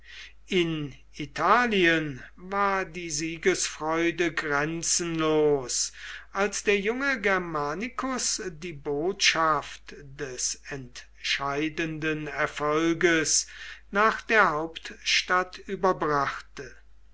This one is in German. in italien war die siegesfreude grenzenlos als der junge germanicus die botschaft des entscheidenden erfolges nach der hauptstadt überbrachte